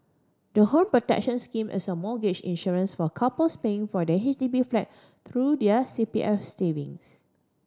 the Home Protection Scheme is a mortgage insurance for couples paying for their H D B flat through their C P F savings